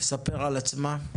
תספר על עצמה.